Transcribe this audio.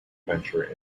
venture